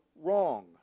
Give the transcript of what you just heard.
wrong